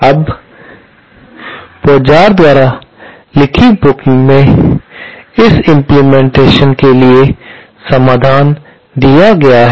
अब पोज़ार द्वारा लिखी पुस्तक में इस इम्प्लीमेंटेशन के लिए समाधान दिया गया है